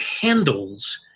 handles